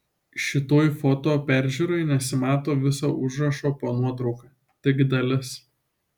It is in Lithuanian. šitoj foto peržiūroj nesimato viso užrašo po nuotrauka tik dalis